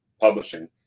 Publishing